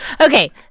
Okay